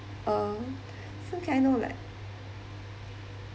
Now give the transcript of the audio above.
uh so can I know like